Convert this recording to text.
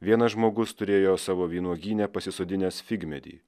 vienas žmogus turėjo savo vynuogyne pasisodinęs figmedį